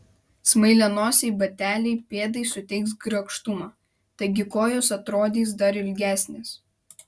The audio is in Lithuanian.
smailianosiai bateliai pėdai suteiks grakštumo taigi kojos atrodys dar ilgesnės